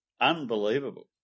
Unbelievable